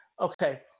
okay